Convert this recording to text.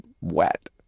wet